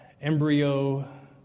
embryo